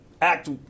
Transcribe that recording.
act